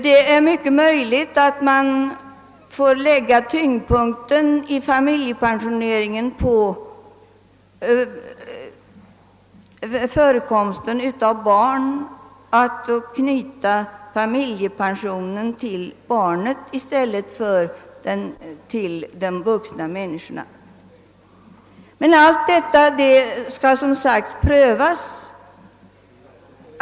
Det är mycket möjligt att man får lägga tyngdpunkten i familjepensioneringen på förekomsten av barn och knyta familjepensionen till barnen i stället för till de vuxna människorna. Allt detta skall, som sagt, prövas.